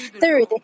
Third